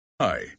Hi